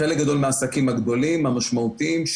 חלק גדול מהעסקים הגדולים המשמעותיים,